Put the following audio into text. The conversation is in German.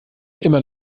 immer